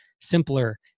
simpler